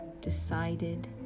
decided